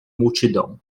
multidão